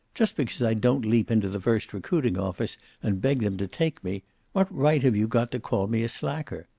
just because i don't leap into the first recruiting office and beg them to take me what right have you got to call me a slacker?